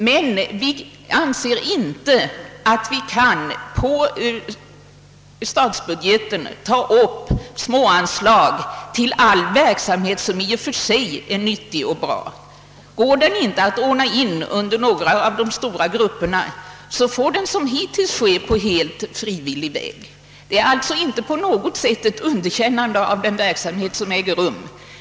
Men vi anser inte att vi kan på statsbudgeten ta upp småanslag till all verksamhet som i och för sig är nyttig och bra. Går verksamheten inte att inordna i några av de stora grupperna får den, som hittills, ske på helt frivillig väg. Utskottsmajoritetens ställningstagande innebär alltså inte på något sätt ett underkännande av den verksamhet som äger rum.